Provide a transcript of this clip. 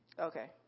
Okay